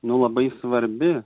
nu labai svarbi